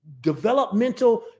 developmental